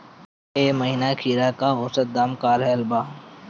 एह महीना खीरा के औसत दाम का रहल बा?